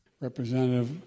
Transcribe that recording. Representative